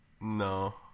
No